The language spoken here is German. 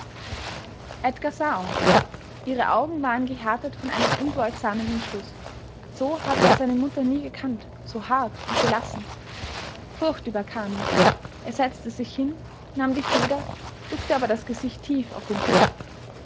edgar sah auf ihre augen waren gehärtet von einem unbeugsamen entschluß so hatte er seine mutter nie gekannt so hart und gelassen furcht überkam ihn er setzte sich hin nahm die feder duckte aber das gesicht tief auf den tisch